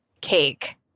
cake